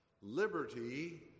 Liberty